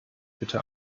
bitte